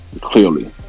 clearly